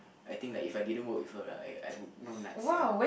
I think like if I didn't work with her I I would know nuts sia